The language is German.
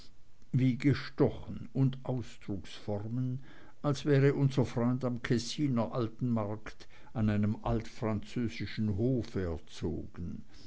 wie gestochen und ausdrucksformen als wäre unser freund statt am kessiner alten markt an einem altfranzösischen hofe erzogen